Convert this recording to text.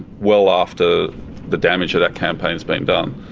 well after the damage of that campaign has been done.